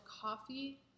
coffee